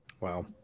Wow